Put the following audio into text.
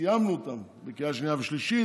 סיימנו אותם בקריאה שנייה ושלישית,